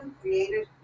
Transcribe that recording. created